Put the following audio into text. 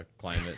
climate